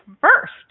first